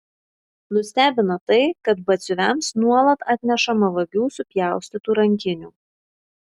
nustebino tai kad batsiuviams nuolat atnešama vagių supjaustytų rankinių